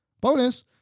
Bonus